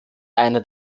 eine